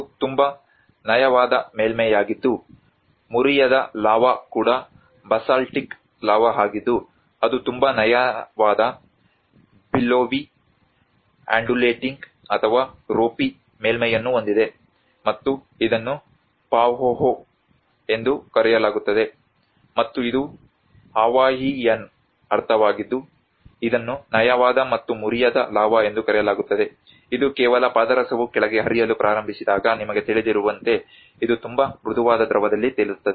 ಇದು ತುಂಬಾ ನಯವಾದ ಮೇಲ್ಮೈಯಾಗಿದ್ದು ಮುರಿಯದ ಲಾವಾ ಕೂಡ ಬಸಾಲ್ಟಿಕ್ ಲಾವಾ ಆಗಿದ್ದು ಅದು ತುಂಬಾ ನಯವಾದ ಬಿಲ್ಲೋವಿ ಅಂಡುಲೇಟಿಂಗ್ ಅಥವಾ ರೋಪಿ ಮೇಲ್ಮೈಯನ್ನು ಹೊಂದಿದೆ ಮತ್ತು ಇದನ್ನು ಪಾಹೋಹೋ ಎಂದು ಕರೆಯಲಾಗುತ್ತದೆ ಮತ್ತು ಇದು ಹವಾಯಿಯನ್ ಅರ್ಥವಾಗಿದ್ದು ಇದನ್ನು ನಯವಾದ ಮತ್ತು ಮುರಿಯದ ಲಾವಾ ಎಂದು ಕರೆಯಲಾಗುತ್ತದೆ ಇದು ಕೇವಲ ಪಾದರಸವು ಕೆಳಗೆ ಹರಿಯಲು ಪ್ರಾರಂಭಿಸಿದಾಗ ನಿಮಗೆ ತಿಳಿದಿರುವಂತೆ ಇದು ತುಂಬಾ ಮೃದುವಾದ ದ್ರವದಲ್ಲಿ ತೇಲುತ್ತದೆ